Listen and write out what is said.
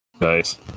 nice